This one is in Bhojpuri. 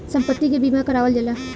सम्पति के बीमा करावल जाला